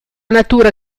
natura